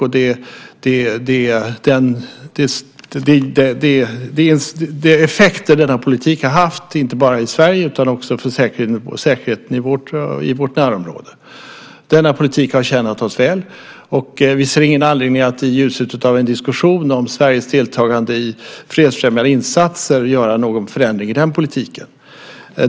Det gäller också den effekt denna politik har haft inte bara i Sverige utan också för säkerheten i vårt närområde. Denna politik har tjänat oss väl. Vi ser ingen anledning att i ljuset av en diskussion om Sveriges deltagande i fredsfrämjande insatser göra någon förändring i den politiken.